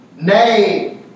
nay